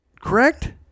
correct